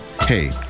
Hey